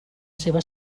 seva